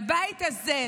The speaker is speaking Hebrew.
לבית הזה,